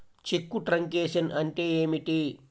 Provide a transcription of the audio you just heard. చెక్కు truncation అంటే ఏమిటి?